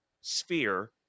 sphere